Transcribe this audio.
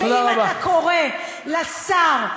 ואם אתה קורא לשר,